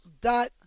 dot